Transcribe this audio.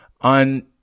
on